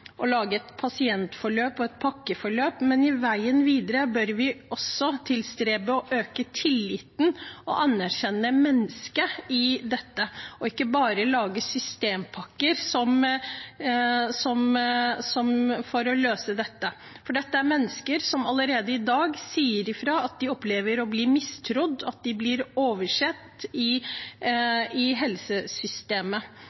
lage et pasientforløp og pakkeforløp, men på veien videre bør vi også tilstrebe å øke tilliten og anerkjenne mennesket i dette – og ikke bare lage systempakker for å løse det. For dette er mennesker som allerede i dag sier fra om at de opplever å bli mistrodd, at de blir oversett i